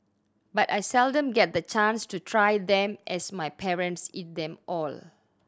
but I seldom get the chance to try them as my parents eat them all